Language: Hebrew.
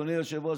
אדוני היושב-ראש,